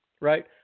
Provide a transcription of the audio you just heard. right